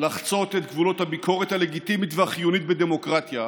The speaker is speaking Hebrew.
לחצות את גבולות הביקורת הלגיטימית והחיונית בדמוקרטיה,